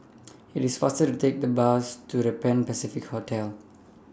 IT IS faster to Take The Bus to The Pan Pacific Hotel